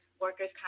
workers